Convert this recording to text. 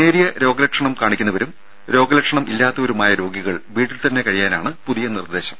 നേരിയ രോഗലക്ഷണം കാണിക്കുന്നവരും രോഗലക്ഷണമില്ലാത്തവരുമായ രോഗികൾ വീട്ടിൽ തന്നെ കഴിയാനാണ് പുതിയ നിർദേശം